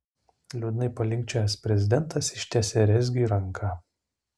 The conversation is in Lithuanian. liūdnai palinkčiojęs prezidentas ištiesė rezgiui ranką